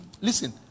Listen